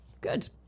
good